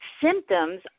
Symptoms